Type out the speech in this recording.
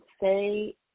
say